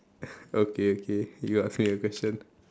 okay okay you are ask me a question